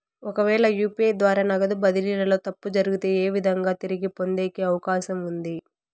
ఒకవేల యు.పి.ఐ ద్వారా నగదు బదిలీలో తప్పు జరిగితే, ఏ విధంగా తిరిగి పొందేకి అవకాశం ఉంది?